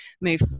move